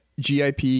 GIP